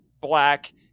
Black